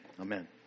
Amen